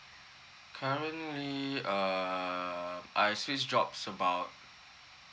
currently err I switched job about